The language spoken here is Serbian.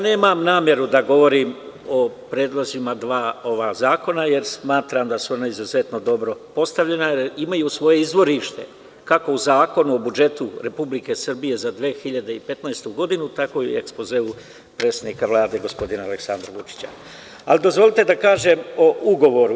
Nemam nameru da govorim o predlozima dva ova zakona, jer smatram da su ona izuzetno dobro postavljena, imaju svoje izvorište kako u Zakonu o budžetu Republike Srbije za 2015. godinu, tako i u ekspozeu predsednika Vlade gospodina Aleksandra Vučića, ali dozvolite da kažem o ugovoru.